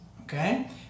Okay